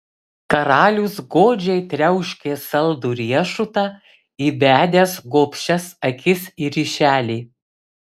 karalius godžiai triauškė saldų riešutą įbedęs gobšias akis į ryšelį